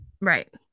Right